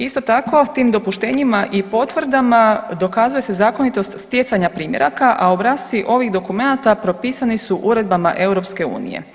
Isto tako tim dopuštenjima i potvrdama dokazuje se zakonitost stjecanja primjeraka, a obrasci ovih dokumenata propisani su uredbama EU.